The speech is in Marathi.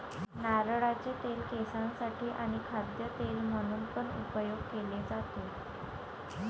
नारळाचे तेल केसांसाठी आणी खाद्य तेल म्हणून पण उपयोग केले जातो